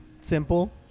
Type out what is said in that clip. simple